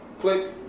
click